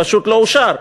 פשוט לא אושר.